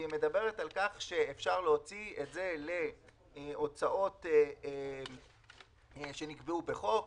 והיא מדברת על כך שאפשר להוציא את זה להוצאות שנקבעו בחוק